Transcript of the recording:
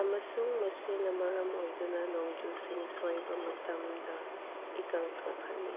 ꯑꯃꯁꯨꯡ ꯃꯁꯤꯅ ꯃꯔꯝ ꯑꯣꯏꯗꯨꯅ ꯅꯣꯡꯖꯨꯁꯤꯡ ꯁꯣꯏꯕ ꯃꯇꯝꯗ ꯏꯀꯪ ꯊꯣꯛꯍꯜꯂꯤ